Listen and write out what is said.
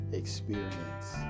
experience